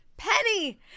Penny